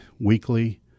weekly